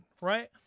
right